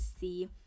see